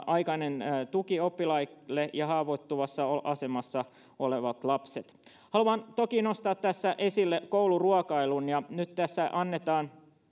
aikainen tuki oppilaille ja haavoittuvassa asemassa olevat lapset haluan toki nostaa tässä esille kouluruokailun ja nyt tässä